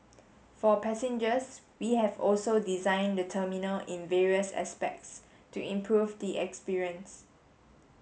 for passengers we have also design the terminal in various aspects to improve the experience